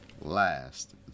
last